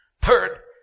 Third